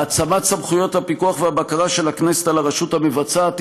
העצמת סמכויות הפיקוח והבקרה של הכנסת על הרשות המבצעת